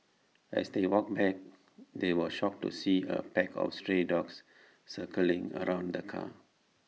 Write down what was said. as they walked back they were shocked to see A pack of stray dogs circling around the car